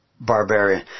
barbarian